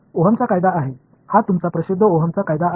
ओहचा कायदा आहे हा तुमचा प्रसिद्ध ओहम चा कायदा आहे